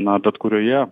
na bet kurioje